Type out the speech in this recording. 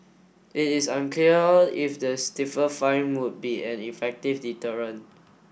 it is unclear if the stiffer fine would be an effective deterrent